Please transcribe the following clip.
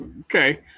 Okay